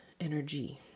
energy